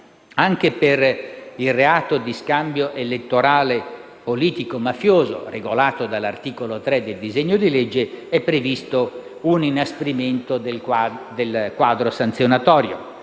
Anche per il reato di scambio elettorale politico-mafioso, regolato dall'articolo 3 del disegno di legge, è previsto un inasprimento del quadro sanzionatorio.